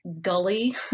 gully